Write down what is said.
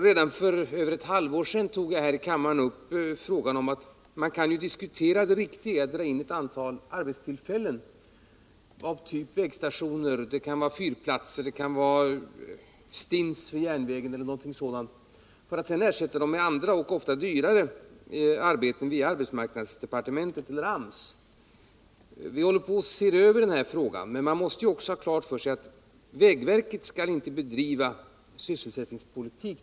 Redan för ett halvår sedan tog jag här i kammaren upp frågan om att man kan diskutera det riktiga i att dra in ett antal arbetstillfällen av typen vägstationer, fyrplatser, en stins vid järnvägen eller något sådant för att sedan ersätta dessa med andra och ofta dyrare arbeten via arbetsmarknadsdepartementet eller AMS. Vi håller på att se över den här frågan, men man måste ha klart för sig att vägverket inte skall bedriva sysselsättningspolitik.